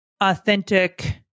authentic